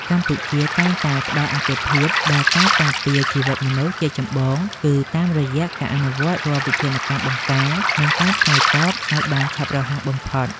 កម្ពុជាតែងតែផ្តល់អាទិភាពដល់ការការពារជីវិតមនុស្សជាចម្បង គឺតាមរយៈការអនុវត្តរាល់វិធានការបង្ការ និងការឆ្លើយតបឱ្យបានឆាប់រហ័សបំផុត។